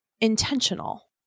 intentional